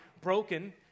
broken